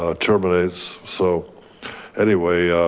ah terminates. so anyway,